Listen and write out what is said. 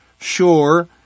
sure